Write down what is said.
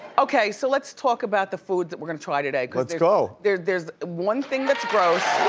okay, so let's talk about the food that we're gonna try today. let's go. there's there's one thing that's gross.